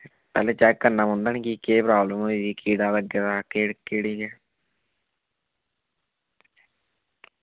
पैह्ले चैक करना पौंदा नी कि केह् प्राब्लम होई दी कीड़ा लग्गे दा के केह्ड़ी ऐ